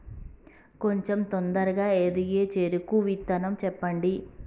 కొంచం తొందరగా ఎదిగే చెరుకు విత్తనం చెప్పండి?